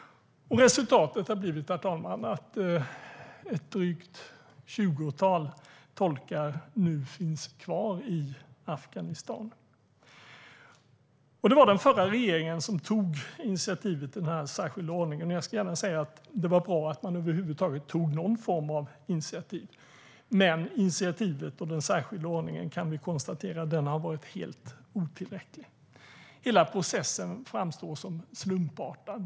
Resultatet har blivit, herr talman, att ett drygt tjugotal tolkar nu finns kvar i Afghanistan. Det var den förra regeringen som tog initiativet till den här särskilda ordningen. Jag ska gärna säga att det var bra att man över huvud taget tog någon form av initiativ. Men initiativet och den särskilda ordningen kan vi konstatera har varit helt otillräckliga. Hela processen framstår som slumpartad.